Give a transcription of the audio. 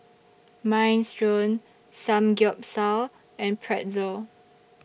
Minestrone Samgeyopsal and Pretzel